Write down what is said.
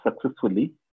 successfully